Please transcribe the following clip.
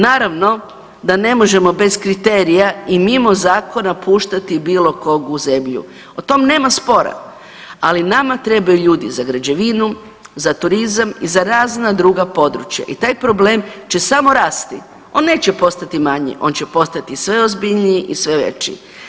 Naravno da ne možemo bez kriterija i mimo zakona puštati bilo kog u zemlju, o tom nema spora, ali nama trebaju ljudi za građevinu, za turizam i za razna druga područja i taj problem će samo rasti, on neće postati manji, on će postati sve ozbiljniji i sve veći.